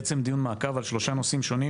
בעצם דיון מעקב על שלושה נושאים שונים